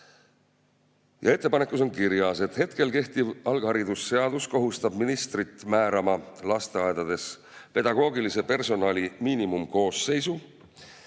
Ettepanekus on kirjas, et hetkel kehtiv alushariduse seadus kohustab ministrit määrama lasteaedades pedagoogilise personali miinimumkoosseisu